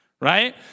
Right